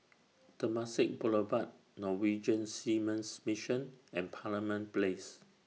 Temasek Boulevard Norwegian Seamen's Mission and Parliament Place